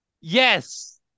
Yes